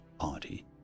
party